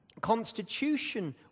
constitution